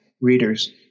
readers